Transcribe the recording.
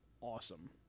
awesome